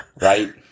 right